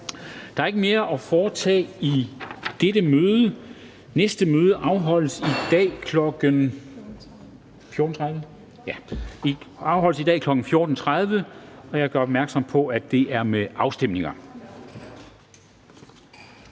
Der er ikke mere at foretage i dette møde. Næste møde afholdes i dag kl. 14.30. Jeg gør opmærksom på, at der er afstemninger.